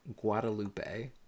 Guadalupe